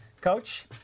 Coach